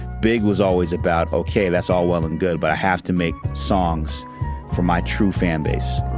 big was always about ok. that's all well and good but i have to make songs for my true fan base.